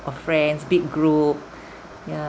of friends big group ya